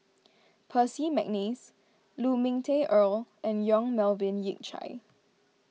Percy McNeice Lu Ming Teh Earl and Yong Melvin Yik Chye